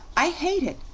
i hate it!